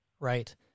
Right